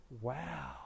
wow